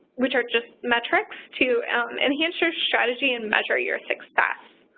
which are just metrics to enhance your strategy and measure your success.